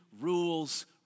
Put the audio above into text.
rules